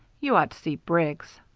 you ought to see briggs.